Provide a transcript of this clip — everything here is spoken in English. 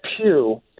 pew